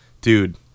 dude